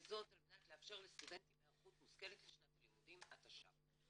וזאת על מנת לאפשר לסטודנטים היערכות מושכלת לשנת הלימודים התשע"ח.